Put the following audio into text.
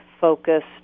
focused